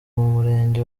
murenge